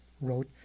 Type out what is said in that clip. wrote